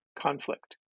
conflict